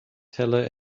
teller